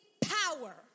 power